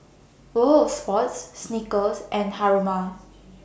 World of Sports Snickers and Haruma